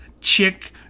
Chick